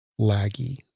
laggy